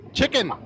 Chicken